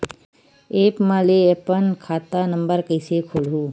App म ले अपन खाता नम्बर कइसे खोलहु?